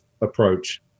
approach